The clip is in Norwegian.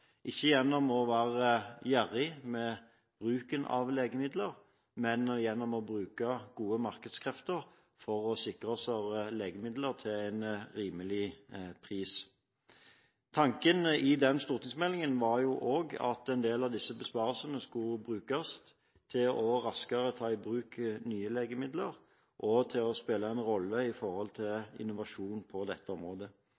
ikke gjennom å være gjerrig med bruken av legemidler, men gjennom å bruke gode markedskrefter for å sikre oss legemidler til en rimelig pris. Tanken i den stortingsmeldingen var jo også at en del av disse besparelsene skulle brukes til raskere å ta i bruk nye legemidler og til å spille en rolle